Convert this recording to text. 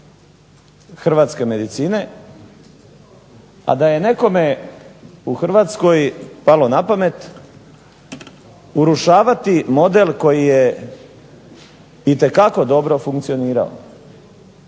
hrvatske medicine, a da je nekome u Hrvatskoj palo na pamet urušavati model koji je itekako dobro funkcionirao.